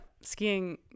skiing